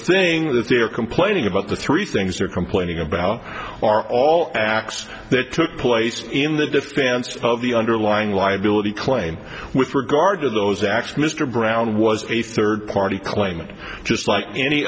thing that they're complaining about the three things are complaining about are all acts that took place in the defense of the underlying liability claim with regard to those acts mr brown was a third party claimant just like any